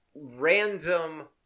random